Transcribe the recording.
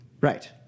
Right